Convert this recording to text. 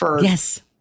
Yes